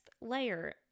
layer